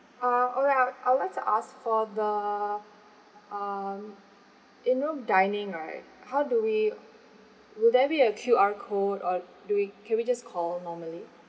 uh alright I'd I would like to ask for the um in room dining right how do we will there be a Q_R code or do we can we just call normally